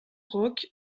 rock